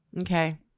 Okay